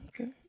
okay